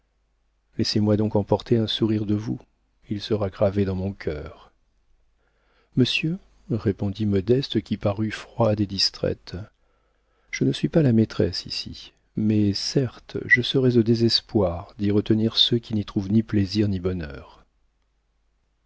laissez-moi donc emporter un sourire de vous il sera gravé dans mon cœur monsieur répondit modeste qui parut froide et distraite je ne suis pas la maîtresse ici mais certes je serais au désespoir d'y retenir ceux qui n'y trouvent ni plaisir ni bonheur